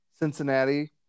Cincinnati